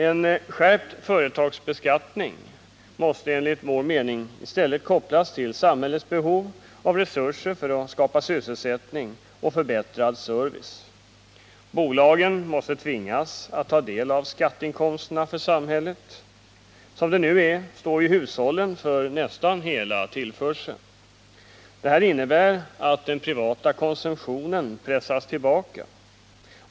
En skärpt företagsbeskattning måste enligt vår mening i stället kopplas till samhällets behov av resurser för att skapa sysselsättning och förbättrad service. Bolagen måste tvingas att tillföra samhället skatteinkomster. Som det nu är står hushållen för nästan hela tillförseln. Detta innebär att den privata konsumtionen pressas tillbaka.